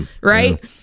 Right